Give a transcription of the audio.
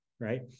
Right